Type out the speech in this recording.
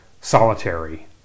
solitary